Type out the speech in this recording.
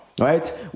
right